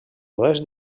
oest